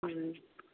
हूँ